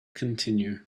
continue